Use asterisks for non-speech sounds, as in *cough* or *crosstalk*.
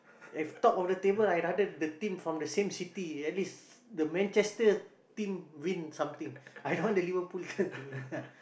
if top of the table I rather the team from the same city at least the Manchester team win something I don't want the Liverpool *laughs* to win ah